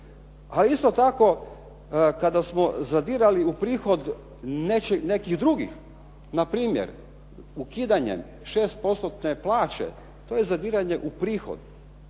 Ali isto tako kada smo zadirali u prihod nekih drugih npr. ukidanje 6 postotne plaće, to je zadiranje u prihod.